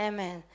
Amen